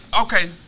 okay